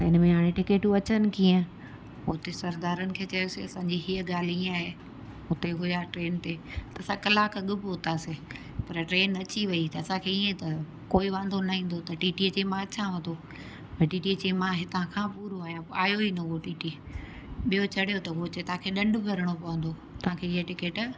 इन में हाणे टिकेटूं अचनि कीअं उते सरदारनि खे चयोसीं असांजी हीअ ॻाल्हि हीअं आहे उते हुया ट्रेन ते असां कलाक अॻु पहुतासीं पर ट्रेन अची वई असांखे ईअं त कोई वांदो न ईंदो त टीटीअ चयईं मां अचांव थो पर टीटीअ चयईं मां हितां खां पूरो आहियां आहियो ई न उहो टीटी ॿियो चढ़ियो त उहो चए तव्हांखे ॾंढु भरिणो पवंदो तव्हांखे हीअ टिकेट